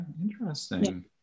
Interesting